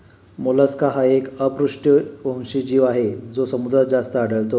Mollusca हा एक अपृष्ठवंशी जीव आहे जो समुद्रात जास्त आढळतो